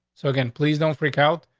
so again, please don't freak out.